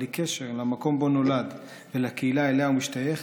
בלי קשר למקום שבו נולד ולקהילה שאליה הוא משתייך,